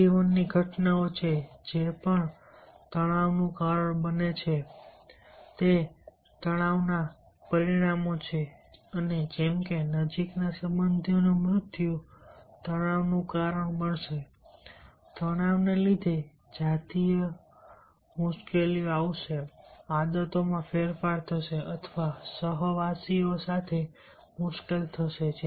આ જીવનની ઘટનાઓ છે જે પણ તણાવનું કારણ બને છે તે તણાવના પરિણામો છે અને જેમ કે નજીકના સંબંધીઓનું મૃત્યુ તણાવનું કારણ બનશે તણાવને કારણે જાતીય મુશ્કેલીઓ આવશે આદતોમાં ફેરફાર થશે અથવા સહવાસીઓ સાથે મુશ્કેલી થશે